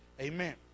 Amen